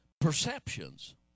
Perceptions